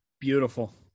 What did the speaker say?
Beautiful